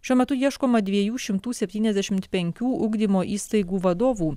šiuo metu ieškoma dviejų šimtų septyniasdešimt penkių ugdymo įstaigų vadovų